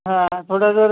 हा थोडं जर